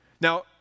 Now